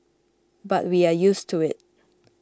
but we are used to it